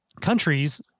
countries